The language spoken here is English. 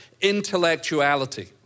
intellectuality